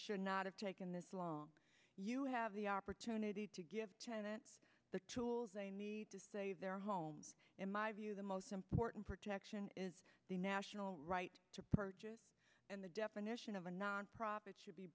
should not have taken this long you have the opportunity to give janet the tools they need to save their home in my view the most important protection is the national right to purchase and the definition of a nonprofit